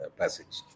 passage